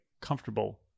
comfortable